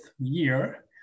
year